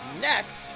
next